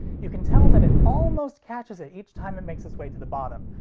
you can tell that it almost catches it each time it makes its way to the bottom,